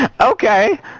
Okay